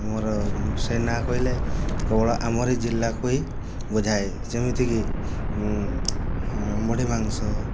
ଆମର ସେନା କହିଲେ କେବଳ ଆମରି ଜିଲ୍ଲାକୁ ହିଁ ବୁଝାଏ ଯେମିତି କି ମୁଢ଼ି ମାଂସ